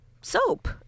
soap